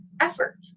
effort